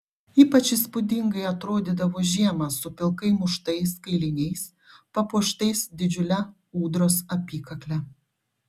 ypač įspūdingai atrodydavo žiemą su pilkai muštais kailiniais papuoštais didžiule ūdros apykakle